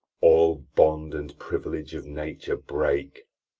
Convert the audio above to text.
all bond and privilege of nature, break!